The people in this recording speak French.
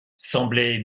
semblaient